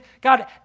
God